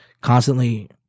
constantly